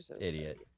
idiot